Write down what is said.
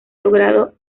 logrado